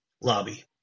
lobby